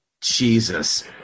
Jesus